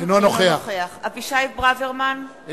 אינו נוכח אבישי ברוורמן,